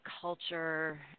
culture